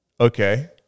okay